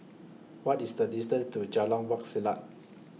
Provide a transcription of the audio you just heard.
What IS The distance to Jalan Wak Selat